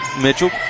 Mitchell